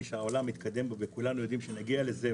שהעולם מתקדם אליו וכולנו יודעים שנגיע לזה.